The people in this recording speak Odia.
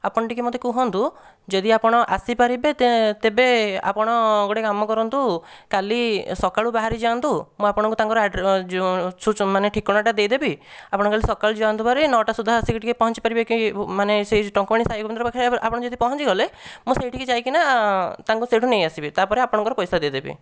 ଆପଣ ଟିକେ ମୋତେ କୁହନ୍ତୁ ଯଦି ଆପଣ ଆସିପାରିବେ ତେବେ ଆପଣ ଗୋଟେ କାମ କରନ୍ତୁ କାଲି ସକାଳୁ ବାହାରି ଯାଆନ୍ତୁ ମୁଁ ଆପଣଙ୍କୁ ତାଙ୍କର ଯୋଉ ମାନେ ଠିକଣାଟା ଦେଇଦେବି ଆପଣ କାଲି ସକାଳେ ଯାଆନ୍ତୁ ଭାରି ନଅଟା ସୁଧା ଆସିକି ଟିକେ ପହଞ୍ଚି ପାରିବେକି ମାନେ ସେଇ ଟଙ୍କପାଣି ସାଇମନ୍ଦିର ପାଖରେ ଆପଣ ଯଦି ପହଞ୍ଚିଗଲେ ମୁଁ ସେହିଠିକୁ ଯାଇକିନା ତାଙ୍କୁ ସେଇଠୁ ନେଇଆସିବି ତାପରେ ଆପଣଙ୍କର ପଇସା ଦେଇଦେବି